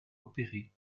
opérer